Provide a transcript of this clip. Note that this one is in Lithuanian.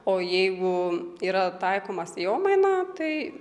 o jeigu yra taikoma sėjomaina tai